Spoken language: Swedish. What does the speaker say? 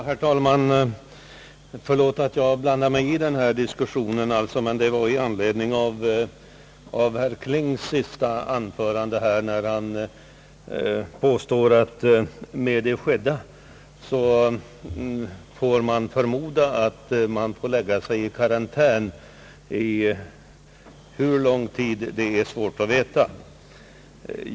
Herr talman! Förlåt att jag blandar mig i den här diskussionen, men jag gör det med anledning av herr Klings senaste anförande, då han påstod att man med det skedda får förmoda att man får lägga sig i karantän — för hur lång tid var svårt att veta.